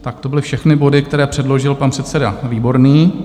Tak to byly všechny body, které předložil pan předseda Výborný.